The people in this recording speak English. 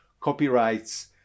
copyrights